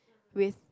with